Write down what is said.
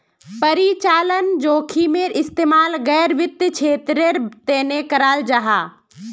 परिचालन जोखिमेर इस्तेमाल गैर वित्तिय क्षेत्रेर तनेओ कराल जाहा